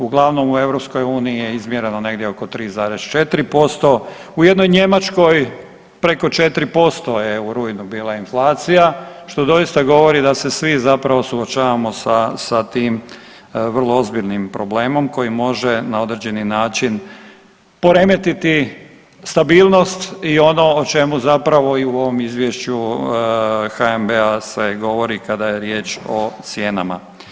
Uglavnom u EU je izmjereno negdje oko 3,4%, u jednoj Njemačkoj peko 4% je u rujnu bila inflacija, što doista govori da se svi zapravo suočavamo sa, sa tim vrlo ozbiljnim problemom koji može na određeni način poremetiti stabilnost i ono o čemu zapravo i u ovom izvješću HNB-a se govori kada je riječ o cijenama.